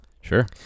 sure